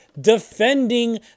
defending